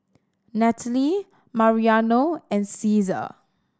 Natalie Mariano and Ceasar